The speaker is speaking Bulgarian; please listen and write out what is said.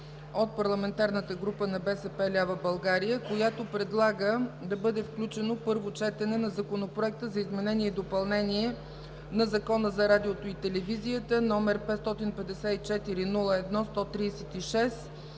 от Парламентарната група на “БСП лява България”, която предлага да бъде включено първо четене на Законопроекта за изменение и допълнение на Закона за радиото и телевизията, № 554-01-136